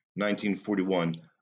1941